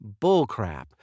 bullcrap